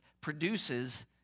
produces